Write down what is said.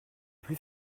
plus